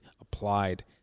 applied